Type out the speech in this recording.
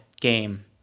game